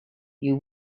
you